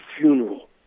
funeral